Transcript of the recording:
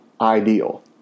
ideal